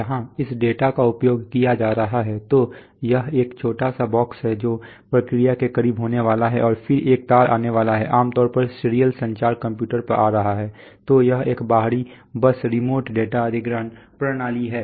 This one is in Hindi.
जहां इस डेटा का उपयोग किया जा रहा है तो यह एक छोटा सा बॉक्स है जो प्रक्रिया के करीब होने वाला है और फिर एक तार आने वाला है आम तौर पर सीरियल संचार कंप्यूटर पर आ रहा है तो यह एक बाहरी बस रिमोट डाटा अधिग्रहण प्रणाली है